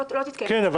לא תתקיים --- כן,